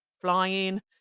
flying